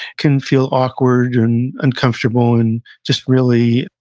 can feel awkward and uncomfortable and just really